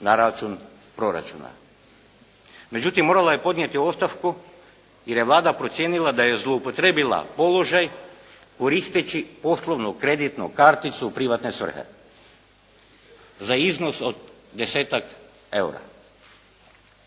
na račun proračuna. Međutim morala je podnijeti ostavku jer je Vlada procijenila da je zloupotrijebila položaj koristeći poslovnu kreditnu karticu u privatne svrhe za iznos od 10-tak EUR-a,